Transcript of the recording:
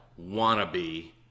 wannabe